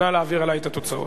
נא להעביר אלי את התוצאות.